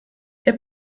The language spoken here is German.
herr